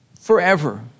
forever